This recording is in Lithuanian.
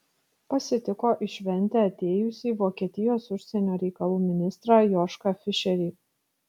pasitiko į šventę atėjusį vokietijos užsienio reikalų ministrą jošką fišerį